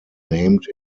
named